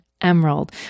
Emerald